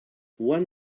one